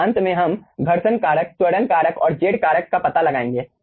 फिर अंत में हम घर्षण कारक त्वरण कारक और z कारक का पता लगाएंगे